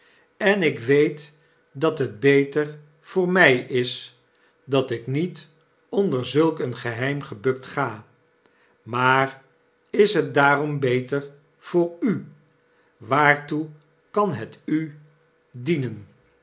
en ik weet dat het beter voor my is dat ik niet onder zulk een geheimgebuktga maar is het daarom beter voor u waartoe kan het u dienen